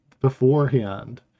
beforehand